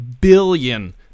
billion